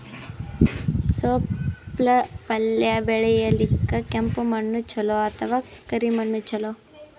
ತೊಪ್ಲಪಲ್ಯ ಬೆಳೆಯಲಿಕ ಕೆಂಪು ಮಣ್ಣು ಚಲೋ ಅಥವ ಕರಿ ಮಣ್ಣು ಚಲೋ?